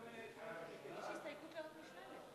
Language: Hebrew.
יש הסתייגות לעתני שנלר.